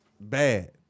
bad